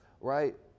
right